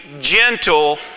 gentle